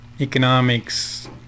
economics